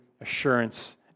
assurance